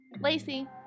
Lacey